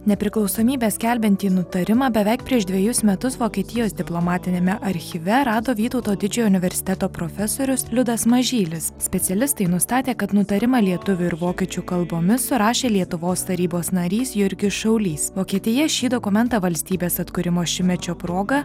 nepriklausomybę skelbiantį nutarimą beveik prieš dvejus metus vokietijos diplomatiniame archyve rado vytauto didžiojo universiteto profesorius liudas mažylis specialistai nustatė kad nutarimą lietuvių ir vokiečių kalbomis surašė lietuvos tarybos narys jurgis šaulys vokietija šį dokumentą valstybės atkūrimo šimtmečio proga